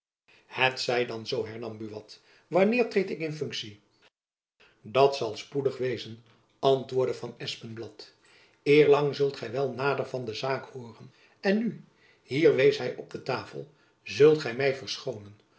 het zij dan zoo hernam buat wanneer treed ik in funktie dat zal spoedig wezen antwoordde van espenblad eerlang zult gy wel nader van de zaak hooren en nu hier wees hy op de tafel zult gy my verschoonen